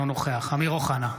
אינו נוכח אמיר אוחנה,